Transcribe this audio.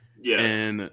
Yes